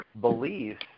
beliefs